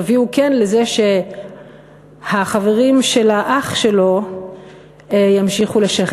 יביאו כן לזה שהחברים של האח שלו ימשיכו לשרת